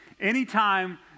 Anytime